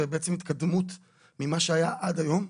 ובעצם התקדמות ממה שהיה עד היום.